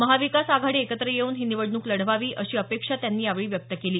महाविकास आघाडी एकत्र येऊन ही निवडणूक लढवावी अशी अपेक्षा त्यांनी यावेळी व्यक्त केली